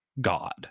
God